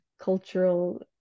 cultural